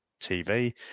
TV